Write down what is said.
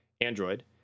Android